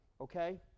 okay